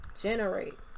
Generate